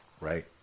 right